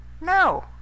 No